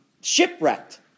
shipwrecked